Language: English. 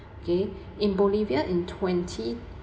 okay in bolivia in twenty